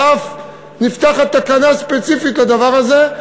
ואף נפתחת תקנה ספציפית לדבר הזה.